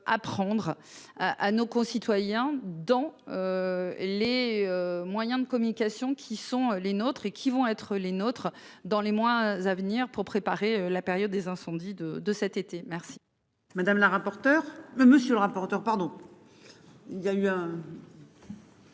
Apprendre. À nos concitoyens dans. Les moyens de communication qui sont les nôtres et qui vont être les nôtres dans les mois à venir pour préparer la période des incendies de de cet été, merci.